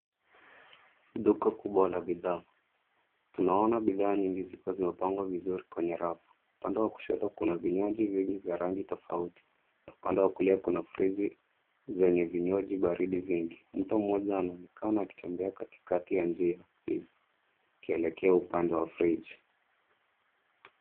Duka kubwa la bidhaa. Tunaona bidhaa nyingi zikiwa zimepangwa vizuri kwenye rafu. Upande wa kushoto kuna vinywaji vingi vya rangi tofauti na upande wa kulia kuna friji zenye vinywaji baridi vingi. Mtu mmoja anaonekana akitembea katikati ya njia hizi akielekea upande wa friji.